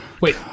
wait